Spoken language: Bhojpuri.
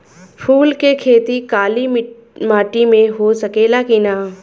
फूल के खेती काली माटी में हो सकेला की ना?